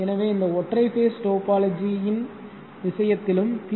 எனவே ஒற்றை phase topology விஷயத்திலும் பி